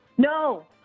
No